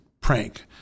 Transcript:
prank